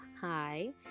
hi